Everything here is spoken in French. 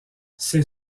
sais